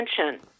attention